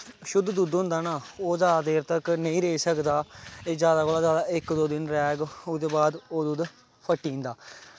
शुद्ध दुद्ध होंदा ना ओह् जादा देर तक नेईं रेही सकदा एह् जादा कोला जादा इक दो दिन रैह्ग ओह्दे बाद ओह् दुद्ध फटी जंदा